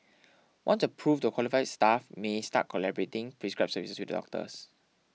once approved the qualified staff may start collaborative prescribing services with their doctors